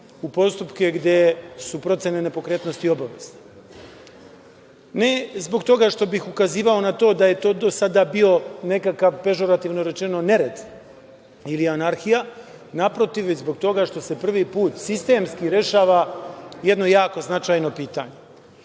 u postupke gde su procene nepokretnosti obavezne. Ne, zbog toga što bih ukazivao na to da je to sada bio nekakav, pežurativno rečeno nered ili anarhija, naprotiv, već zbog toga što se prvi put sistemski rešava jedno jako značajno pitanje. Zbog